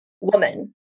woman